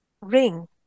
ring